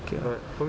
okay lah